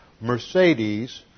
Mercedes